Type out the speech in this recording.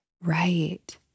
Right